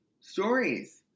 stories